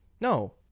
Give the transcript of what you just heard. No